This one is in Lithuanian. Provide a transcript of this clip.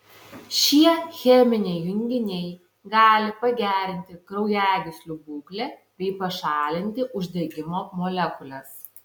šie cheminiai junginiai gali pagerinti kraujagyslių būklę bei pašalinti uždegimo molekules